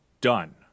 done